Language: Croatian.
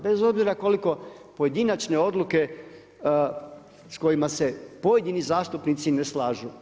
Bez obzira koliko pojedinačne odluke, s kojima se pojedini zastupnici ne slažu.